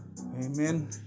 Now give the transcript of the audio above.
Amen